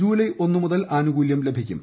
July ഒന്നു മുതൽ ആനുകൂല്യം ലഭിക്കും